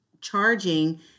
charging